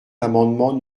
l’amendement